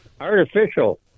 Artificial